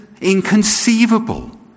inconceivable